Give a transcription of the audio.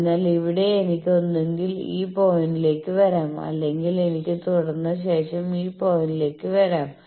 അതിനാൽ ഇവിടെ എനിക്ക് ഒന്നുകിൽ ഈ പോയിന്റിലേക്ക് വരാം അല്ലെങ്കിൽ എനിക്ക് തുടർന്ന ശേഷം ഈ പോയിന്റിലേക്ക് വരാം